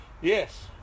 Yes